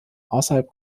außerhalb